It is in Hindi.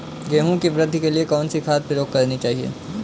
गेहूँ की वृद्धि के लिए कौनसी खाद प्रयोग करनी चाहिए?